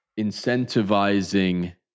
incentivizing